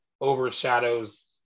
overshadows